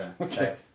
Okay